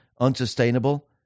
unsustainable